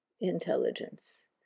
intelligence